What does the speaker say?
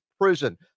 prison